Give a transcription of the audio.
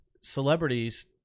celebrities-